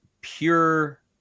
pure